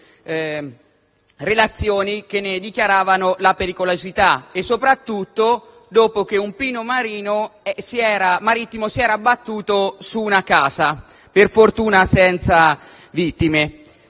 due relazioni che ne dichiaravano la pericolosità e soprattutto dopo che un pino marittimo si era abbattuto su una casa, per fortuna senza vittime.